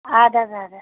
اَدٕ حظ اَدٕ حظ